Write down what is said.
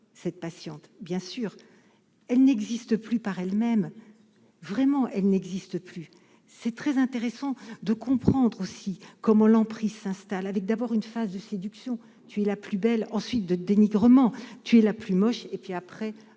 cette patiente, bien sûr, elle n'existe plus, par elle-même, vraiment, elle n'existe plus, c'est très intéressant de comprendre aussi comment l'emprise s'installe avec d'abord une phase de séduction puis la plus belle ensuite de dénigrement, tu es la plus moche et puis après.